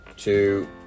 Two